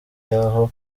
yaho